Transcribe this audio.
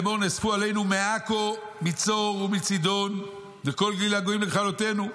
לאמור: נאספו עליהם מעכו ומצור ומצידון וכל הגליל הגויים לכלותנו".